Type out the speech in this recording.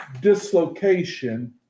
dislocation